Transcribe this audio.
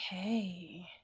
Okay